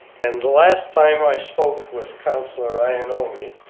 and the last time i spoke with councilor ioannoni,